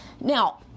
now